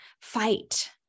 fight